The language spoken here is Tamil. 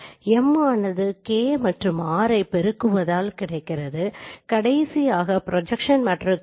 மற்றும் M ஆனது 2 3x3 துணை மேட்ரிக்ஸைக் கொண்டுள்ளது இதில் K ஆனது அளவுத்திருத்த மேட்ரிக்ஸ் மற்றும் R ஆனது ஒரு சுழற்சி மேட்ரிக்ஸ்